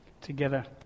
together